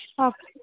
okay